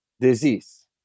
disease